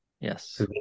Yes